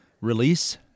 release